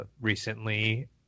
recently